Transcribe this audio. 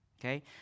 Okay